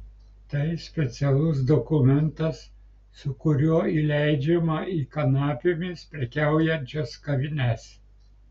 tai specialus dokumentas su kuriuo įleidžiama į kanapėmis prekiaujančias kavines